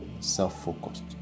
self-focused